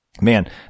man